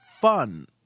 fun